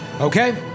Okay